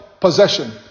possession